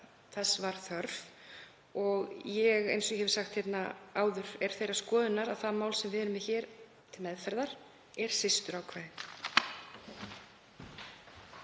þess var þörf. Eins og ég hef sagt hérna áður er ég þeirrar skoðunar að það mál sem við erum með hér til meðferðar sé systurákvæði.